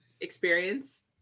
Experience